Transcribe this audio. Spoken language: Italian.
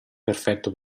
perfetto